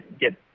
get